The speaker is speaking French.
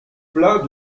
plats